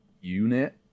unit